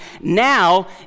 now